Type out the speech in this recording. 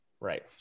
right